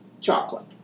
chocolate